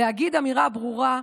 להגיד אמירה ברורה: